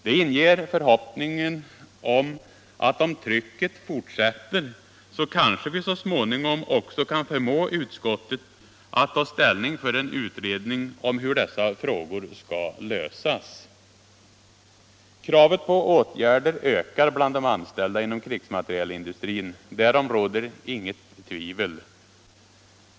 Det inger förhoppningen att om trycket fortsätter så kanske vi så småningom kan förmå utskottet att ta ställning för en utredning om hur dessa frågor skall lösas. Kravet på åtgärder ökar bland de anställda inom krigsmaterielindustrin, därom råder inget tvivel.